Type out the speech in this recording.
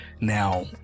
Now